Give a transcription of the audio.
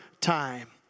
time